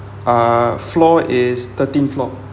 uh floor is thirteenth floor